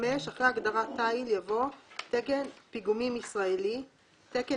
"(5) אחרי ההגדרה "תיל" יבוא: ""תקן פיגומים ישראלי" תקן